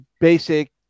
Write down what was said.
basic